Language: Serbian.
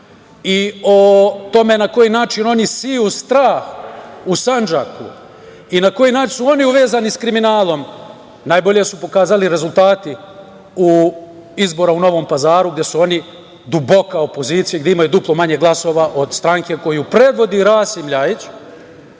i o tome na koji način oni seju strah u Sandžaku, i na koji način su oni uvezani sa kriminalom, najbolje su pokazali rezultati izbora u Novom Pazaru gde su oni duboka opozicija, gde imaju duplo manje glasova od stranke koju predvodi Rasim Ljajić. Tužno